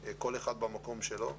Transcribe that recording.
כל אחד במקום שלו.